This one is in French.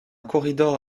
corridor